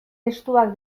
estuak